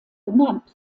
benannt